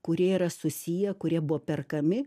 kurie yra susiję kurie buvo perkami